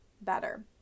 better